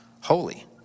holy